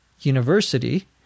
University